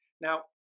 Now